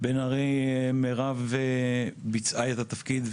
מירב בן ארי ביצעה את התפקיד.